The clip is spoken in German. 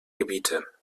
gebiete